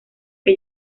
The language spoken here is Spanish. que